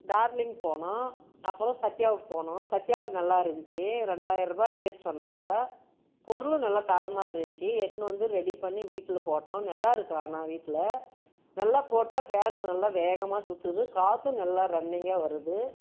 darling போனோம் அப்றம் சத்யாவுக்கு போனோம் சத்யாவில் நல்லாருந்திச்சி ரெண்டாயிருவா ரேட் சொன்னாங்க பொருளும் நல்லா தரமாக இருந்திச்சி எட்னு வந்து ரெடி பண்ணி வீட்டில் போட்டோம் நல்லாயிருக்கு ஆனால் வீட்டில் நல்லா போட்டால் ஃபேன் நல்லா வேகமாக சுற்றுது காற்றும் நல்லா ரன்னிங்காக வருகுது